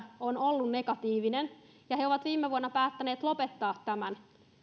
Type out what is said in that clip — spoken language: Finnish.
on ollut negatiivinen he ovat viime vuonna päättäneet lopettaa tämän